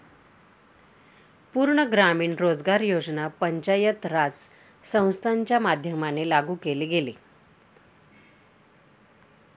पूर्ण ग्रामीण रोजगार योजना पंचायत राज संस्थांच्या माध्यमाने लागू केले गेले